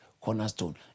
cornerstone